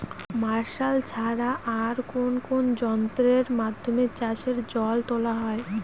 Martial ছাড়া আর কোন কোন যন্ত্রেরর মাধ্যমে চাষের জল তোলা হয়?